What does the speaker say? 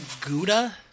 gouda